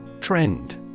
Trend